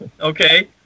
Okay